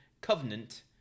Covenant